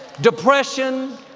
depression